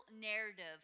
narrative